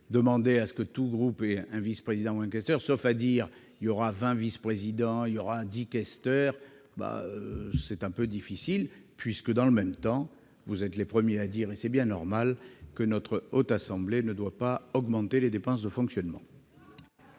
Demander à ce que tout groupe ait un vice-président ou un questeur, sauf à dire qu'il y aura vingt vice-présidents et dix questeurs, me semble quelque peu difficile, puisque, dans le même temps, vous êtes les premiers à dire- et c'est bien normal -que notre Haute Assemblée ne doit pas augmenter ses dépenses de fonctionnement.